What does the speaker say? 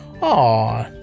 Aw